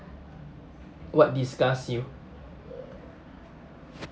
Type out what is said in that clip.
what disgusts you